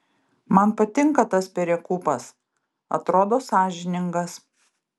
man patinka tas perekūpas atrodo sąžiningas